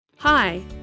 Hi